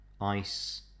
ice